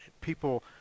people